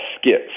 skits